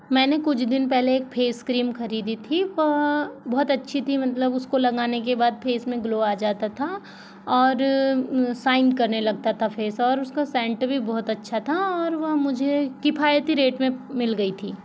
मैंने कुछ दिन पहले एक फ़ेस क्रीम खरीदी थी बहुत अच्छी थी मतलब उसको लगाने के बाद फ़ेस में ग्लो आ जाता था और शाइन करने लगता था फ़ेस और उसका सेंट भी बहुत अच्छा था और वह मुझे किफ़ायती रेट में मिल गयी थी